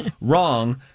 wrong